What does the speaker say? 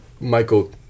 Michael